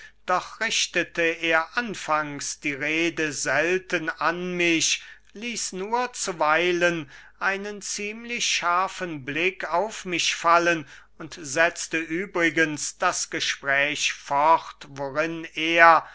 doch richtete er anfangs die rede selten an mich ließ nur zuweilen einen ziemlich scharfen blick auf mich fallen und setzte übrigens das gespräch fort worin er